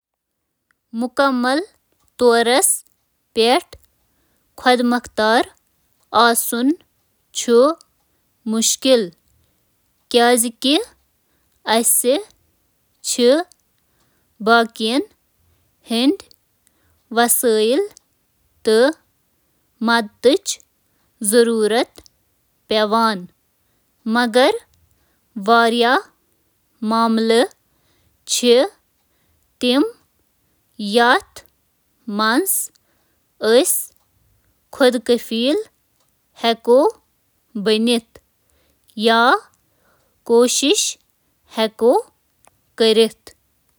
آ، یہِ چھُ پٔزۍ پٲٹھۍ خۄد مۄختار آسُن مُمکِن، ییٚمیُک مطلب چھُ زِ پنٕنۍ زِنٛدٕگی پٮ۪ٹھ حکوٗمت کٔرِتھ تہٕ مدتہٕ ورٲے فٲصلہٕ کٔرِتھ۔ اَتھ منٛز چھُ پانَس پٮ۪ٹھ مضبوٗط احساس، خۄد اعتماد، تہٕ پننٮ۪ن صلٲحیتن پٮ۪ٹھ یقین تھاوُن تہِ شٲمِل۔